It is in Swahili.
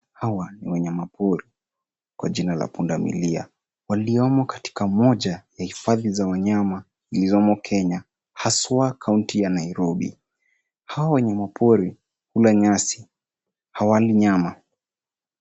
Hawa ni wanyama pori kwa jina la pundamilia, waliomo katika moja ya hifadhi za wanyama iliyomo Kenya, haswa, kaunti ya Nairobi. Hawa wanyama pori hula nyasi, hawali nyama.